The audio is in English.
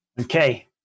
Okay